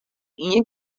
ien